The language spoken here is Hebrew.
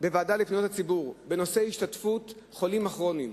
בוועדה לפניות הציבור בנושא השתתפות החולים הכרוניים,